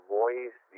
voice